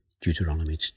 Deuteronomy